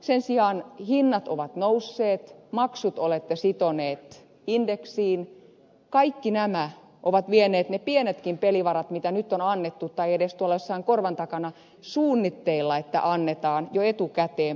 sen sijaan hinnat ovat nousseet maksut olette sitoneet indeksiin kaikki nämä ovat vieneet ne pienetkin pelivarat mitä nyt on annettu tai edes tuolla jossain korvan takana on suunnitteilla annettavaksi jo etukäteen pois